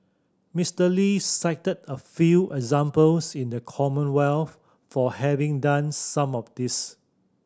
Mister Lee cited a few examples in the Commonwealth for having done some of this